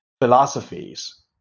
philosophies